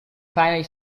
final